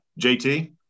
JT